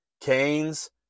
Canes